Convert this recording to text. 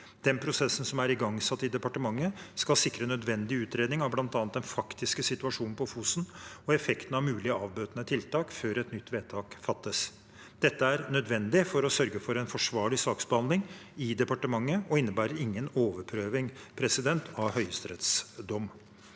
Den prosessen som er igangsatt i departementet, skal sikre nødvendig utredning av bl.a. den faktiske situasjonen på Fosen og effekten av mulige avbøtende tiltak før et nytt vedtak fattes. Dette er nødvendig for å sørge for en forsvarlig saksbehandling i departementet, og det innebærer ingen overprøving av høyesterettsdommen.